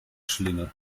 schlingel